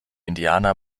indianer